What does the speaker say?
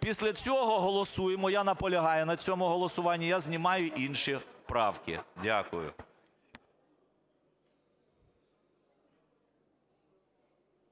Після цього голосуємо, я наполягаю на цьому голосуванні. І я знімаю інші правки. Дякую.